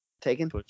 Taken